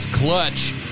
clutch